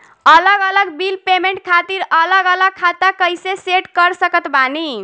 अलग अलग bill payment खातिर अलग अलग खाता कइसे सेट कर सकत बानी?